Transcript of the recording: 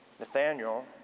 Nathaniel